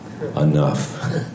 Enough